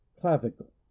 Clavicle